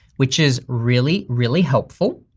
which is really, really helpful.